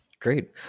Great